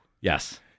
Yes